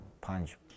punch